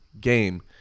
Game